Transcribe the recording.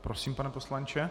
Prosím, pane poslanče.